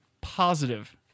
positive